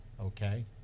okay